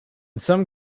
some